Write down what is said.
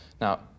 Now